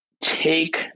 take